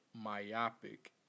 myopic